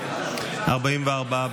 הסתייגות 146 לא נתקבלה.